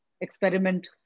experiment